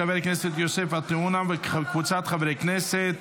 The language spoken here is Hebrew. של חבר הכנסת יוסף עטאונה וקבוצת חברי הכנסת.